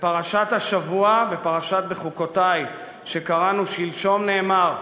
בפרשת השבוע, בפרשת בחוקותי שקראנו שלשום נאמר: